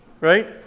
right